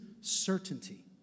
certainty